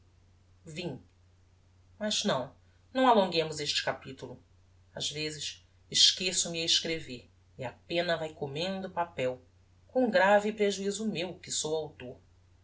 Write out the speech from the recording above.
vim mas não não alonguemos este capitulo ás vezes esqueço me a escrever e a penna vae comendo papel com grave prejuizo meu que sou autor